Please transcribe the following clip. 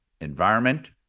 environment